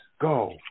go